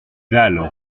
dalles